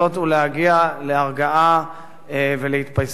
לנסות ולהגיע להרגעה ולהתפייסות.